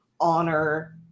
honor